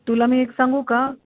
तुला मी एक सांगू का